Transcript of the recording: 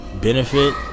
benefit